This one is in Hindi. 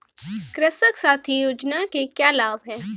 कृषक साथी योजना के क्या लाभ हैं?